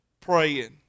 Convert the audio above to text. praying